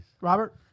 Robert